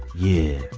yeah.